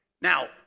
Now